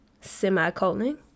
Semicolon